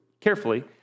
carefully